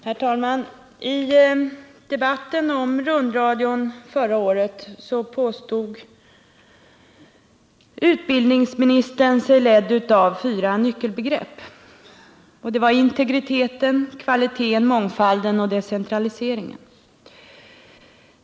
Herr talman! I debatten om rundradion förra året påstod utbildningsministern sig vara ledd av fyra nyckelbegrepp, nämligen integritet, kvalitet, mångfald och decentralisering.